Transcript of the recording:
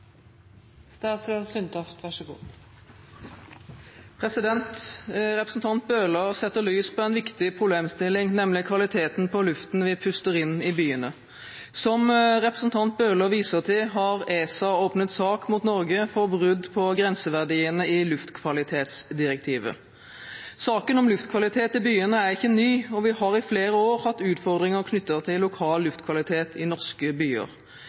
Bøhler setter lys på en viktig problemstilling, nemlig kvaliteten på luften vi puster inn i byene. Som representanten Bøhler viser til, har ESA åpnet sak mot Norge for brudd på grenseverdiene i luftkvalitetsdirektivet. Saken om luftkvalitet i byene er ikke ny, og vi har i flere år hatt utfordringer knyttet til lokal luftkvalitet i norske byer.